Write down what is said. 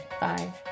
Bye